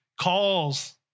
calls